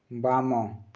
ବାମ